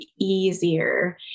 easier